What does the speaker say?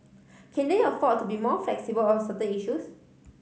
can they afford to be more flexible on certain issues